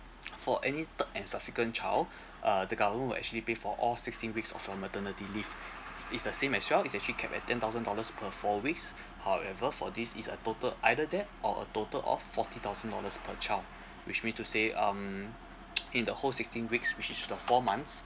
for any third and subsequent child uh the government will actually pay for all sixteen weeks of the maternity leave it's it's the same as well it's actually capped at ten thousand dollars per four weeks however for this is a total either that or a total of fourteen thousand dollars per child which mean to say um in the whole sixteen weeks which is the four months